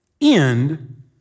end